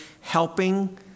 helping